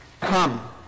Come